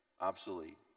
obsolete